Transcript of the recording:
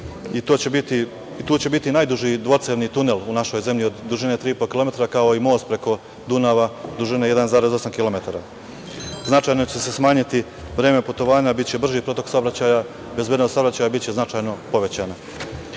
i tu će biti najduži dvocevni tunel u našoj zemlji, u dužini od 3,5 km, ako i most preko Dunava, dužine 1,8 km. Značajno će se smanjiti vreme putovanja, biće brži protok saobraćaja. Bezbednost saobraćaja će biti značajno povećanja.